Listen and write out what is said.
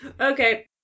Okay